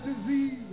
disease